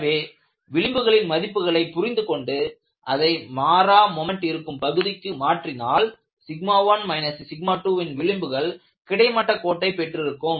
எனவே விளிம்புகளின் மதிப்புகளை புரிந்து கொண்டு அதை மாறா மொமெண்ட் இருக்கும் பகுதிக்கு மாற்றினால் 1 2ன் விளிம்புகள் கிடைமட்ட கோட்டை பெற்றிருக்கும்